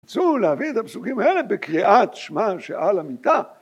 ‫רצו להביא את הפסוקים האלה ‫בקריאת שמע שעל המיטה.